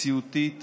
מציאותית ופרגמטית.